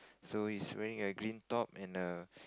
so he is wearing a green top and a